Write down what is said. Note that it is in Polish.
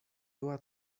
była